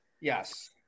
Yes